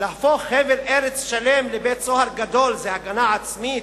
להפוך חבל ארץ שלם לבית-סוהר גדול זה הגנה עצמית?